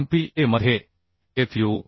MPa मध्ये Fu